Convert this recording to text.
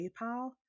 PayPal